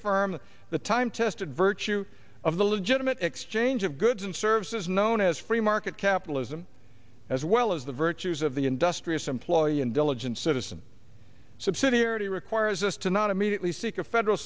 reaffirm the time tested virtue of the legitimate exchange of goods and services known as free market capitalism as well as the virtues of the industrious employee and diligent citizen subsidiarity requires us to not immediately seek a federal